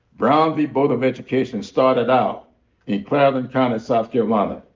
brown v. board of education started out in clarendon county, south carolina,